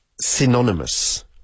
synonymous